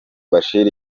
bashir